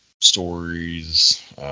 stories